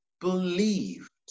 believed